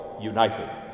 united